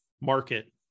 market